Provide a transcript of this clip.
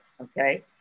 okay